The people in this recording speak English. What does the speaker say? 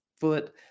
foot